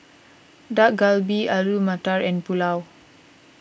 Dak Galbi Alu Matar and Pulao